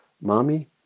mommy